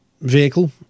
vehicle